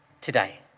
today